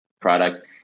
product